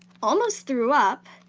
almost threw up,